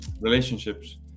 relationships